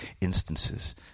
instances